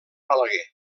balaguer